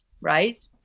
right